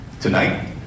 tonight